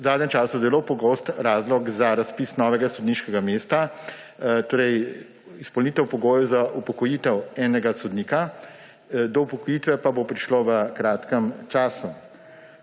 v zadnjem času zelo pogost razlog za razpis novega sodniškega mesta izpolnitev pogojev za upokojitev enega sodnika, do upokojitve pa bo prišlo v kratkem času.